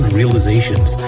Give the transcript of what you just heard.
realizations